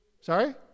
sorry